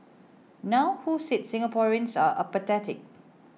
now who said Singaporeans are apathetic